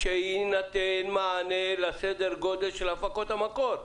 שיינתן מענה לסדר גודל של הפקות המקור.